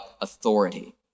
authority